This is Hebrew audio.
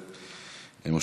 10738,